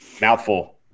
mouthful